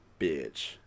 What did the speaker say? Bitch